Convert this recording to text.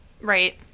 Right